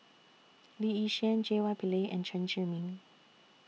Lee Yi Shyan J Y Pillay and Chen Zhiming